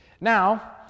Now